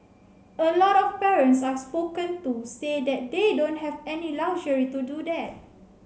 a lot of parents I've spoken to say that they don't have any luxury to do that